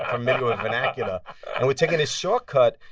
familiar with vernacular and we're taking this shortcut,